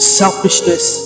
selfishness